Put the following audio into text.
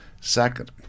Second